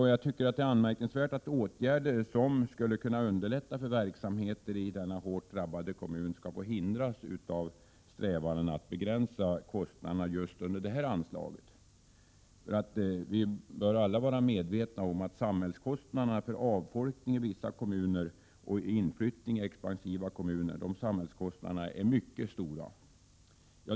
Det är anmärkningsvärt att åtgärder som något skulle kunna underlätta för verksamheter i denna hårt drabbade kommun skall få hindras av / ar 7 strävanden att begränsa samhällskostnaderna just under detta anslag. Vi bör 1 alla vara medvetna om att samhällskostnaderna för avfolkning i vissa kommuner och inflyttning i expansiva kommuner är mycket stora.